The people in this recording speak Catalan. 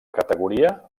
categoria